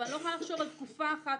אבל אני לא יכולה לחשוב על תקופה אחת